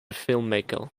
filmmaker